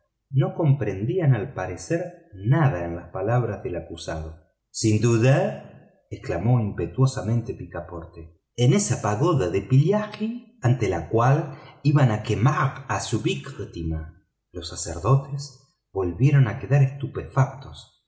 no comprendían al parecer nada en las palabras del acusado sin duda exclamó impetuosamente picaporte en esa pagoda de pillaji ante la cual iban a quemar a su víctima los sacerdotes volvieron a quedar estupefactos